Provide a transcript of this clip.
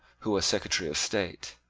who was secretary of state,